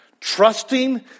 Trusting